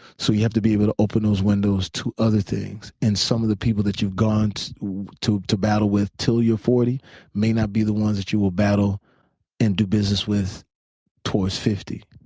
so you have to be able to open those windows to other things. and some of the people that you've gone to to battle with until you're forty may not be the ones that you will battle and do business with towards fifty.